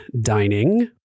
dining